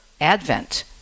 Advent